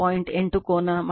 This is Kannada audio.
8 ಕೋನ 43